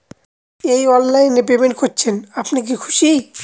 এই অনলাইন এ পেমেন্ট করছেন আপনি কি খুশি?